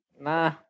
Nah